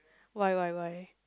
why why why